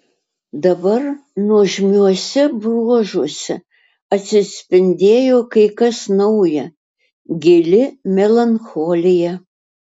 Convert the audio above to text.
dabar nuožmiuose bruožuose atsispindėjo kai kas nauja gili melancholija